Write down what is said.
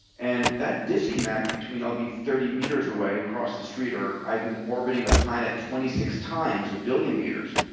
and that disconnect between i'll be thirty meters away across the street, or i've been orbiting the planet twenty six times, a billion meters,